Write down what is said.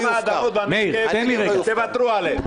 כמה אדמות בנגב, כמה אדמות בנגב תוותרו עליהן?